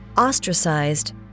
Ostracized